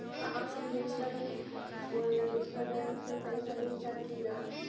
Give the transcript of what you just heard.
का हम दूसरा के कोई दुसरा बैंक से पैसा भेज सकिला?